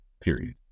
period